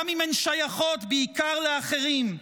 גם אם הן שייכות בעיקר לאחרים.